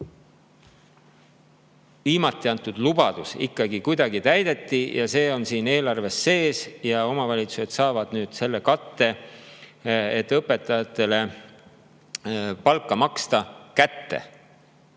viimati antud lubadus ikkagi kuidagi täideti, see on siin eelarves sees ja omavalitsused saavad nüüd selle katte, et maksta õpetajatele palk välja.